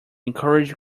encourage